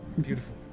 Beautiful